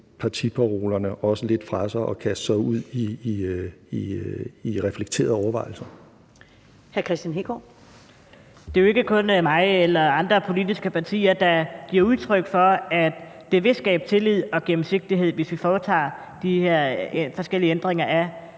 Kristian Hegaard. Kl. 16:18 Kristian Hegaard (RV): Det er jo ikke kun mig eller nogle fra andre politiske partier, der giver udtryk for, at det vil skabe tillid og gennemsigtighed, hvis vi foretager de her forskellige ændringer af